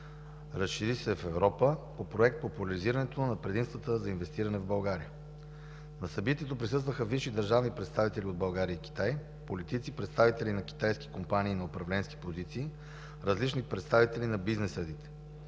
Разшири се в Европа” по Проект „Популяризиране на предимствата за инвестиране в България”. На събитието присъстваха висши държавни представители от България и Китай, политици, представители на китайски компании на управленски позиции, различни представители на бизнес средите.